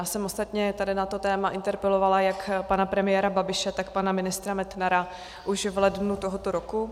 Já jsem ostatně na toto téma interpelovala jak pana premiéra Babiše, tak pana ministra Metnara už v lednu tohoto roku.